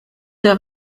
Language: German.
der